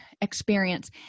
experience